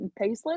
paceless